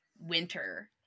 winter